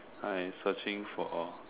I searching for